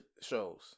shows